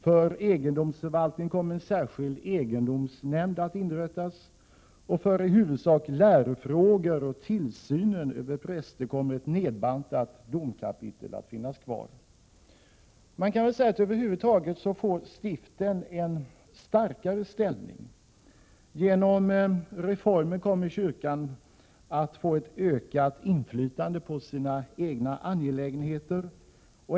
För egendomsförvaltningen kommer en särskild egendoms nämnd att inrättas. För i huvudsak lärofrågor och tillsynen över präster — Prot. 1987/88:95 kommer ett nedbantat domkapatiel att finnas kvar. 7 april 1988 Över huvud taget får stiften en starkare ställning. Genom reformen kommer kyrkan att få ett ökat inflytande på sina egna angelägenheter.